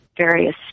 various